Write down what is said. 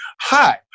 Hi